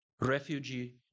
refugee